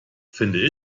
finde